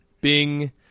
Bing